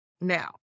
now